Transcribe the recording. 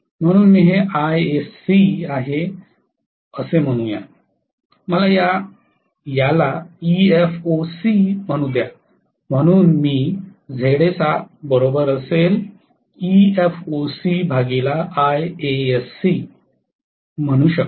म्हणून मी हे Iasc आहे असे म्हणू या मला याला Efoc म्हणू द्या म्हणून मी म्हणू शकतो